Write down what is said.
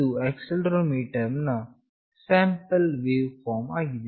ಇದು ಆಕ್ಸೆಲೆರೋಮೀಟರ್ ನ sample waveform ಆಗಿದೆ